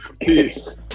Peace